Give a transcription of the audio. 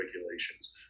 regulations